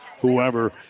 whoever